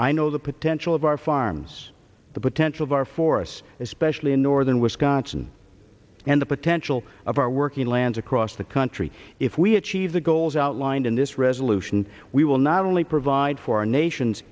i know the potential of our farms the potential of our forests especially in northern wisconsin and the potential of our working lands across the country if we achieve the goals outlined in this resolution we will not only provide for our nation